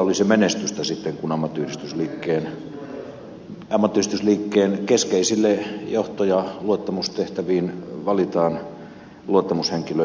olisi menestystä sitten kun ammattiyhdistysliikkeen keskeisin johto ja luottamustehtäviin valitaan luottamushenkilöitä